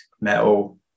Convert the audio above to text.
metal